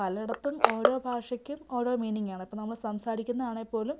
പലേടത്തും ഓരോ ഭാഷയ്ക്കും ഓരോ മീനിംഗാണ് അപ്പം നമ്മൾ സംസാരിക്കുന്നത് ആണേൽ പോലും